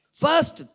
first